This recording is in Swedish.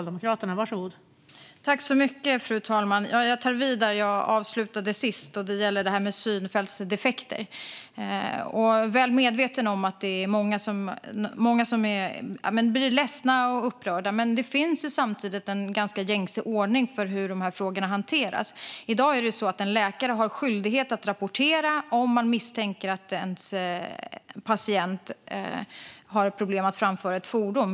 Fru talman! Jag tar vid där jag avslutade sist. Det gäller det här med synfältsdefekter. Jag är väl medveten om att det är många som blir ledsna och upprörda. Men samtidigt finns det ju en gängse ordning för hur de här frågorna hanteras. I dag är det så att en läkare har skyldighet att rapportera om man misstänker att en patient har problem att framföra ett fordon.